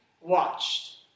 watched